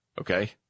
okay